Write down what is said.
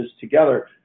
together